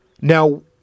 Now